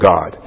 God